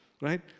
right